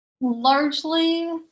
largely